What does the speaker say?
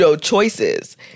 choices